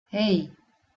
hey